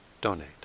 donate